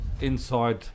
inside